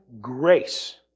grace